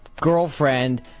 girlfriend